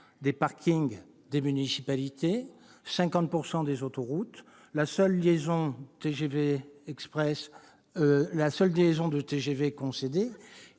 des parkings des municipalités, 50 % des autoroutes, le CGD Express, la seule liaison de TGV concédée,